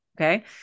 Okay